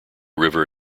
river